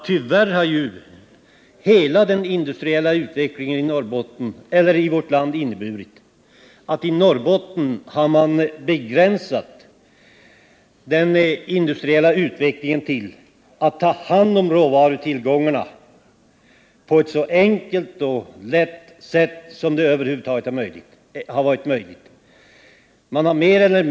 Tyvärr har nämligen hela den industriella utvecklingen i vårt land inneburit att man begränsat insatserna i Norrbotten till att ta hand om råvarutillgångarna på ett så enkelt sätt som det över huvud taget varit möjligt.